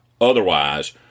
Otherwise